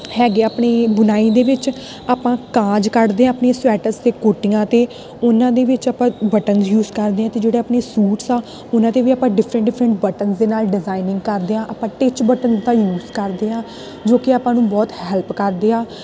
ਹੈਗੇ ਆਪਣੇ ਬੁਣਾਈ ਦੇ ਵਿੱਚ ਆਪਾਂ ਕਾਜ ਕੱਢਦੇ ਹਾਂ ਆਪਣੀ ਸਵੈਟਰਸ 'ਤੇ ਕੋਟੀਆਂ 'ਤੇ ਉਹਨਾਂ ਦੇ ਵਿੱਚ ਆਪਾਂ ਬਟਨ ਯੂਜ ਕਰਦੇ ਹਾਂ ਅਤੇ ਜਿਹੜੇ ਆਪਣੇ ਸੂਟਸ ਆ ਉਹਨਾਂ 'ਤੇ ਵੀ ਆਪਾਂ ਡਿਫਰੈਂਟ ਡਿਫਰੈਂਟ ਬਟਨ ਦੇ ਨਾਲ ਡਿਜ਼ਾਇਨਿੰਗ ਕਰਦੇ ਹਾਂ ਆਪਾਂ ਟਿੱਚ ਬਟਨਸ ਦਾ ਯੂਜ ਕਰਦੇ ਹਾਂ ਜੋ ਕਿ ਆਪਾਂ ਨੂੰ ਬਹੁਤ ਹੈਲਪ ਕਰਦੇ ਆ